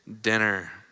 dinner